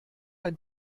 ein